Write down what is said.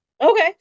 okay